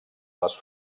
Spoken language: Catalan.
les